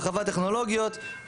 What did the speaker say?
הרחבת טכנולוגיות,